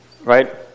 right